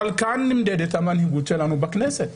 כאן נמדדת המנהיגות שלנו בכנסת,